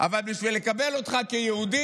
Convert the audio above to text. אבל בשביל לקבל אותך כיהודי